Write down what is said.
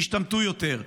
ישתמטו יותר.